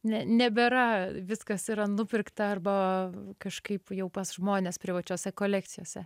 ne nebėra viskas yra nupirkta arba kažkaip jau pas žmones privačiose kolekcijose